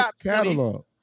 catalog